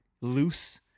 loose